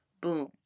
Boom